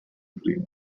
prima